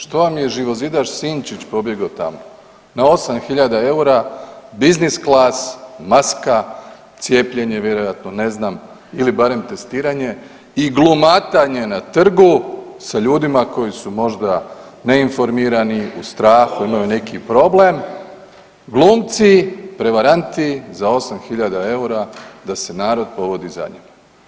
Što vam je živozidaš Sinčić pobjegao tamo na 8 hiljada eura, business class, maska, cijepljenje vjerojatno, ne znam ili barem testiranje i glumatanje na Trgu sa ljudima koji su možda neinformirani, u strahu, imaju neki problem, glumci, prevaranti za 8 hiljada eura da se narod povodi za njim.